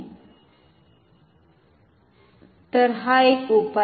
तर हा एक उपाय आहे